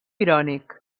irònic